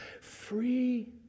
free